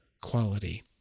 quality